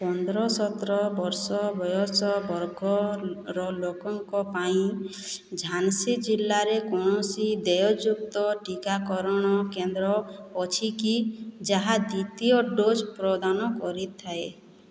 ପନ୍ଦର ସତର ବର୍ଷ ବୟସ ବର୍ଗର ଲୋକଙ୍କ ପାଇଁ ଝାନ୍ସୀ ଜିଲ୍ଲାରେ କୌଣସି ଦେୟଯୁକ୍ତ ଟିକାକରଣ କେନ୍ଦ୍ର ଅଛିକି ଯାହା ଦ୍ୱିତୀୟ ଡୋଜ୍ ପ୍ରଦାନ କରିଥାଏ